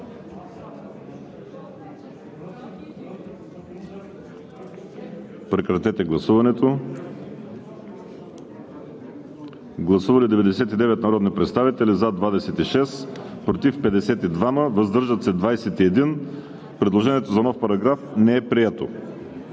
от Комисията. Гласували 99 народни представители: за 26, против 52, въздържали се 21. Предложението за нов параграф не е прието.